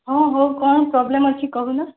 ହଁ ହଉ କ'ଣ ପ୍ରୋବ୍ଲେମ୍ ଅଛି କହୁନ